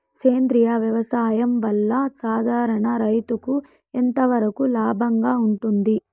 సేంద్రియ వ్యవసాయం వల్ల, సాధారణ రైతుకు ఎంతవరకు లాభంగా ఉంటుంది?